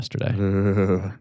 yesterday